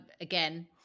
again